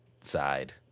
side